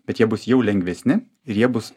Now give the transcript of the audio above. bet jie bus jau lengvesni ir jie bus